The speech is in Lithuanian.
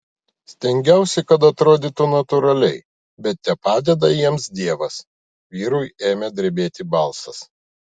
stengiausi kad atrodytų natūraliai bet tepadeda jiems dievas vyrui ėmė drebėti balsas